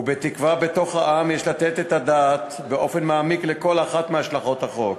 ובתוך העם יש לתת את הדעת באופן מעמיק על כל אחת מהשלכות החוק.